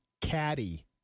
caddy